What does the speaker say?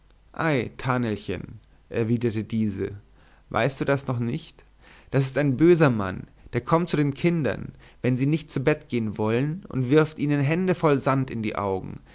ei thanelchen erwiderte diese weißt du das noch nicht das ist ein böser mann der kommt zu den kindern wenn sie nicht zu bett gehen wollen und wirft ihnen händevoll sand in die augen